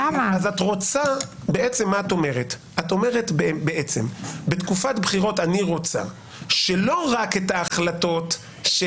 את בעצם אומרת שבתקופת בחירות אני רוצה שלא רק את ההחלטות של